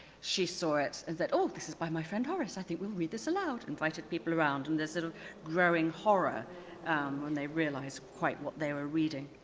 she saw it and said, oh this is by my friend horace. i think we'll read this aloud, invited people around and this little growing horror when they realized quite what they were reading.